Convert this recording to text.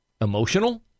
emotional